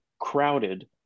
crowded